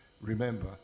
remember